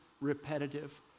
repetitive